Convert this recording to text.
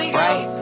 right